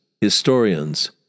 historians